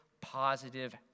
positive